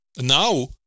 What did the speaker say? now